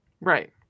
Right